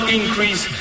increase